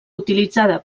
utilitzada